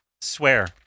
Swear